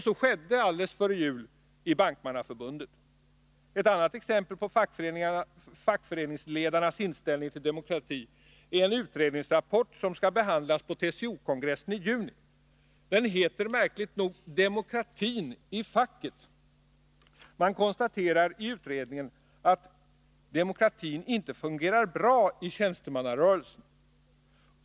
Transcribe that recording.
Så skedde alldeles före jul i Bankmannaförbundet. Ett annat exempel på fackföreningsledarnas inställning till demokrati är en utredningsrapport som skall behandlas på TCO-kongressen i juni. Den heter märkligt nog Demokratin i facket. Man konstaterar i utredningen att demokratin inte fungerar bra i tjänstemannarörelsen.